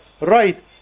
Right